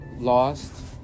Lost